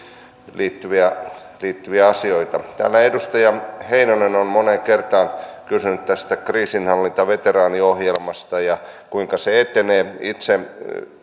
liittyviä liittyviä asioita täällä edustaja heinonen on moneen kertaan kysynyt tästä kriisinhallintaveteraaniohjelmasta ja siitä kuinka se etenee rauhanturvaajaliitolta itse